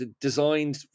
designed